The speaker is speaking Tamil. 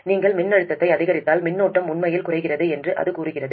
நீங்கள் மின்னழுத்தத்தை அதிகரித்தால் மின்னோட்டம் உண்மையில் குறைகிறது என்று அது கூறுகிறது